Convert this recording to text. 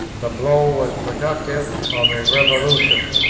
the blow was productive of a revolution.